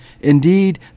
Indeed